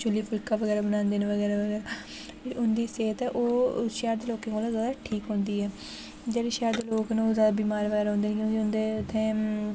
चु'ल्ली फुलका बगैरा बनांदे न बगैरा बगैरा उं'दी सेह्त ते ओह् शैह्र दे लोकें कोला जादा ठीक होंदी ऐ जेह्ड़े शैह्र दे लोग न ओह् जादा बीमार बगैरा रौह्ंदे क्योंकि उं'दे उ'त्थें